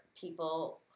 people